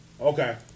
Okay